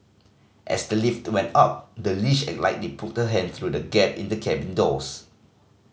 as the lift went up the leash likely pulled her hand through the gap in the cabin doors